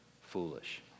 foolish